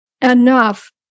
enough